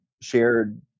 shared